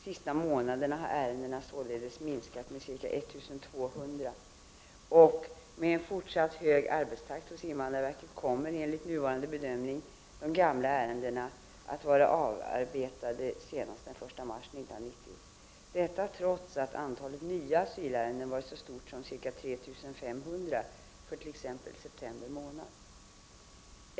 Sista månaden har ärendena således minskat med ca 1 200 och med en fortsatt hög arbetstakt hos invandrarverket kommer enligt nuvarande bedömning de gamla ärendena att vara avarbetade senast den 1 mars 1990, detta trots att antalet nya asylärenden varit så stort som ca 3 500 för t.ex. september månad.